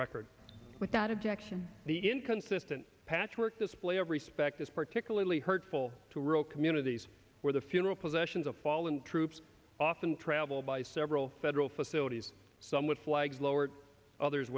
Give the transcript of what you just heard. record without objection the inconsistent patchwork display of respect is particularly hurtful to rural communities where the funeral possessions of fallen troops often travel by several federal facilities some with flags lowered others